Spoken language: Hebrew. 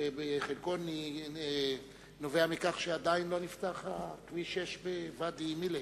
שבחלקו נובע מכך שעדיין לא נפתח כביש 6 בוואדי-מילק.